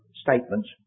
statements